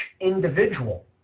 individual